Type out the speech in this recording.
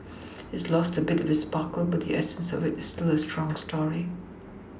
it's lost a bit of its sparkle but the essence of it is still a very strong story